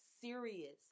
serious